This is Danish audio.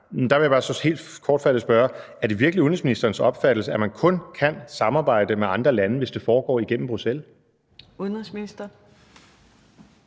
Er det virkelig udenrigsministerens opfattelse, at man kun kan samarbejde med andre lande, hvis det foregår igennem Bruxelles? Kl. 15:19 Fjerde